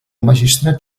magistrat